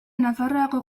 nafarroako